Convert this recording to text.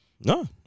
no